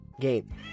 game